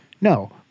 No